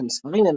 טוטם ספרים,